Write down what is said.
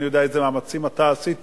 אני יודע איזה מאמצים אתה עשית,